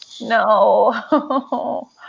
No